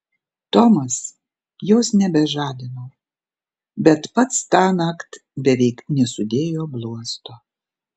tomas jos nebežadino bet pats tąnakt beveik nesudėjo bluosto